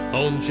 on